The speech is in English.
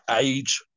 age